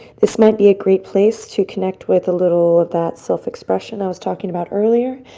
this might be a great place to connect with a little of that self-expression i was talking about earlier.